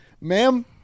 Ma'am